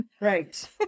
right